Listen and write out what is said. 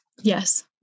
Yes